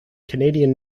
canadian